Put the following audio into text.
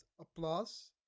applause